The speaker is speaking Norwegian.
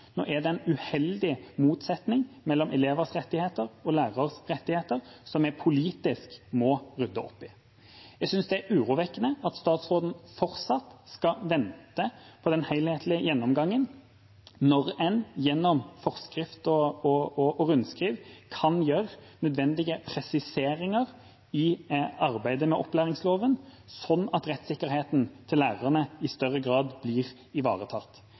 Nå er det en uheldig motsetning mellom elevers rettigheter og læreres rettigheter, som vi politisk må rydde opp i. Jeg synes det er urovekkende at statsråden fortsatt skal vente på den helhetlige gjennomgangen når en gjennom forskrift og rundskriv kan gjøre nødvendige presiseringer i arbeidet med opplæringsloven, sånn at rettssikkerheten til lærerne i større grad blir ivaretatt.